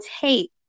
take